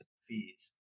fees